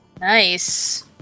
Nice